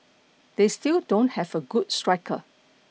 they still don't have a good striker